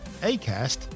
Acast